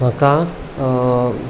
म्हाका